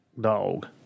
dog